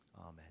amen